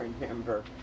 remember